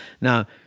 Now